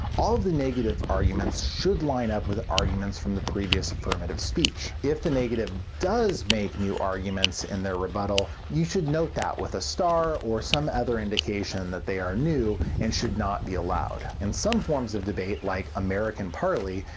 all of the negatives arguments should line up with arguments from the previous affirmative speech. if the negative does make new arguments in their rebuttal, you should note that with a star or some other indication that they are new and should not be allowed. in some forms of debate, like american parli,